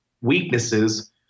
weaknesses